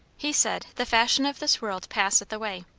he said, the fashion of this world passeth away